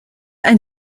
ein